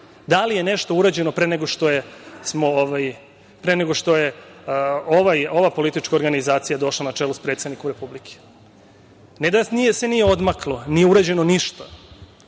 Da li je nešto urađeno pre nego što je ova politička organizacija došla, na čelu sa predsednikom Republike? Ne da se nije odmaklo, nije urađeno ništa. Ovaj